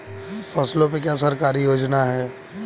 फसलों पे क्या सरकारी योजना है?